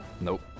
Nope